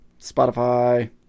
Spotify